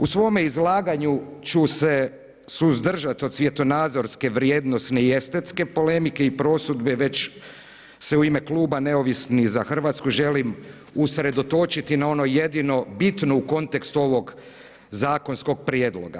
U svome izlaganju ću se suzdržati od svjetonazorske vrijednosne i estetske polemike i prosudbe već se u ime kluba Neovisnih za Hrvatsku želim usredotočiti na ono jedino bitno u kontekstu ovog zakonskog prijedloga.